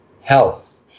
Health